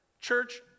church